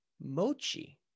mochi